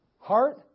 heart